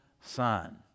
son